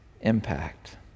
impact